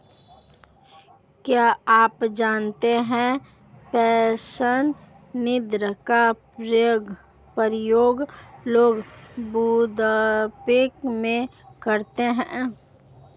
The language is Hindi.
क्या आप जानते है पेंशन निधि का प्रयोग लोग बुढ़ापे में करते है?